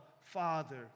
Father